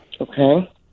okay